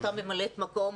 אותה ממלאת מקום?